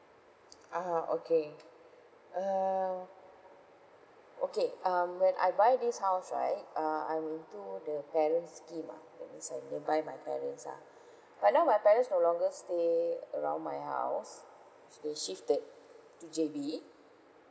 ah okay err okay um when I buy this house right uh I'm into the parents scheme ah that means I nearby my parents ah but now my parents no longer stay around my house they shifted to J_B